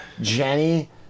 Jenny